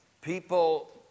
people